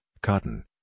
cotton